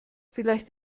vielleicht